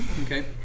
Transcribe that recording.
Okay